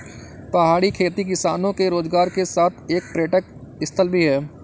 पहाड़ी खेती किसानों के रोजगार के साथ एक पर्यटक स्थल भी है